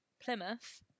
Plymouth